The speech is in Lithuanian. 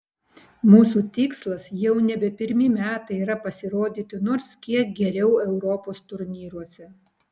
mūsų tikslas jau nebe pirmi metai yra pasirodyti nors kiek geriau europos turnyruose